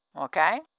okay